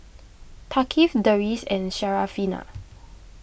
Thaqif Deris and Syarafina